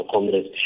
Congress